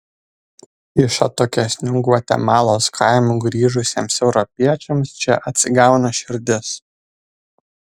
iš atokesnių gvatemalos kaimų grįžusiems europiečiams čia atsigauna širdis